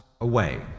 away